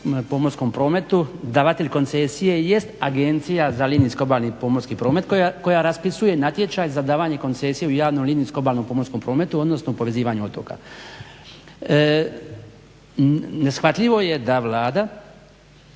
pomorskom prometu davatelj koncesije jest Agencija za linijski obalni pomorski promet koja raspisuje natječaj za davanje koncesije u javnom linijskom obalnom pomorskom prometu, odnosno povezivanju otoka. Neshvatljivo je da Vlada